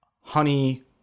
honey